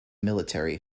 military